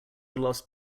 lost